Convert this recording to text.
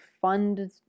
fund